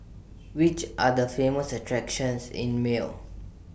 Which Are The Famous attractions in Male